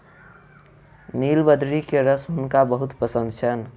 नीलबदरी के रस हुनका बहुत पसंद छैन